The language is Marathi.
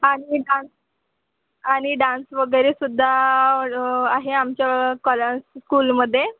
आणि डान्स आणि डान्स वगैरे सुद्धा आहे आमच्या कॉला स्कूलमध्ये